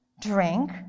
drink